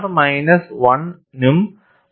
R minus 1 നും 0